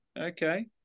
Okay